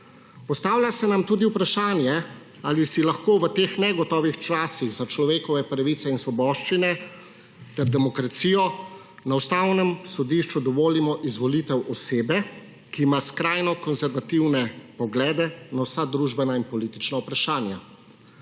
Postavlja se nam tudi vprašanje, ali si lahko v teh negotovih časih za človekove pravice in svoboščine ter demokracijo na Ustavnem sodišču dovolimo izvolitev osebe, ki ima skrajno konservativne poglede na vsa družbena in politična vprašanja.